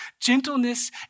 Gentleness